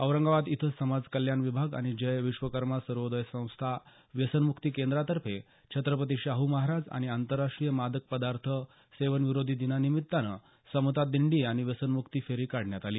औरंगाबाद इथं समाजकल्याण विभाग आणि जय विश्वकर्मा सर्वोदय संस्था व्यसन मुक्ती केंद्रातर्फे छत्रपती शाहू महाराज आणि अतरराष्ट्रीय मादक पदार्थ सेवन विरोधी दिना निमित्त समता दिंडी आणि व्यसनम्क्ती फेरी काढण्यात आली